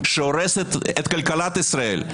שהורסת את כלכלת ישראל,